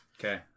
Okay